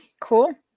Cool